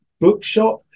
bookshop